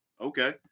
Okay